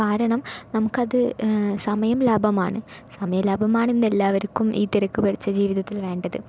കാരണം നമുക്കത് സമയം ലാഭമാണ് സമയ ലാഭമാണ് ഇന്ന് എല്ലാവർക്കും ഈ തിരക്കുപിടിച്ച ജീവിതത്തിൽ വേണ്ടത്